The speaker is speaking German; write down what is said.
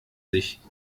sich